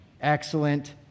Excellent